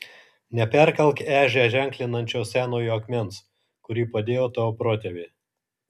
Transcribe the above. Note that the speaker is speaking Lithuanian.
neperkelk ežią ženklinančio senojo akmens kurį padėjo tavo protėviai